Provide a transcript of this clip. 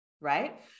right